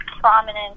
prominent